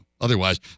otherwise